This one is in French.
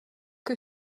que